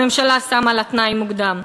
הממשלה שמה לה תנאי מוקדם.